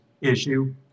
issue